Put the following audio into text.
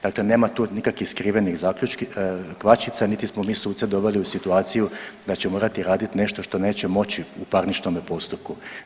Dakle, nema tu nikakvih skrivenih kvačica, niti smo mi suce doveli u situaciju da će morati raditi nešto što neće moći u parničnome postupku.